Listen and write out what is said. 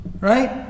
Right